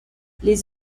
les